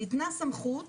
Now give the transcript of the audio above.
ניתנה סמכות